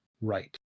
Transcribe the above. right